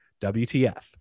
WTF